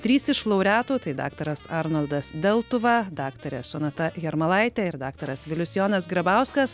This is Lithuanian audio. trys iš laureatų tai daktaras arnoldas deltuva daktarė sonata jarmalaitė ir daktaras vilius jonas grabauskas